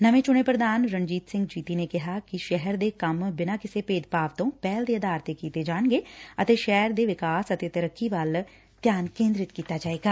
ਨਵੇ ਚੂਣੇ ਪ੍ਰਧਾਨ ਰਣਜੀਤ ਸਿੰਘ ਜੀਤੀ ਨੇ ਕਿਹਾ ਕਿ ਸ਼ਹਿਰ ਦੇ ਕੰਮ ਬਿਨਾਂ ਕਿਸੇ ਭੇਦ ਭਾਵ ਤੋਂ ਪਹਿਲ ਦੇ ਆਧਾਰ ਤੇ ਕੀਤੇ ਜਾਣਗੇ ਅਤੇ ਸ਼ਹਿਰ ਦੇ ਵਿਕਾਸ ਅਤੇ ਤਰੱਕੀ ਵੱਧ ਧਿਆਨ ਦਿੱਤਾ ਜਾਵੇਗਾ